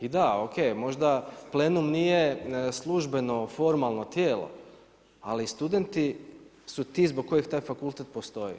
I da OK možda plenum nije službeno formalno tijelo, ali studenti su ti zbog kojih taj fakultet postoji.